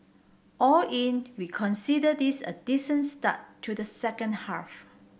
all in we consider this a decent start to the second half